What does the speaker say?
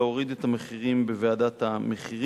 להוריד את המחירים בוועדת המחירים.